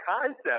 concept